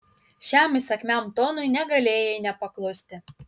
šiam įsakmiam tonui negalėjai nepaklusti